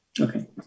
Okay